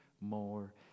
more